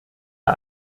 der